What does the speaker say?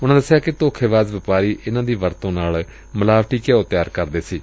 ਉਨਾਂ ਦਸਿਆ ਕਿ ਧੋਖੇਬਾਜ਼ ਵਪਾਰੀ ਇਨਾਂ ਦੀ ਵਰਤੋਂ ਨਾਲ ਮਿਲਾਵਟੀ ਘਿਉ ਤਿਆਰ ਕਰਦੇ ਸਨ